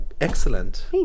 excellent